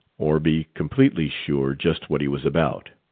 or be completely sure just what he was about.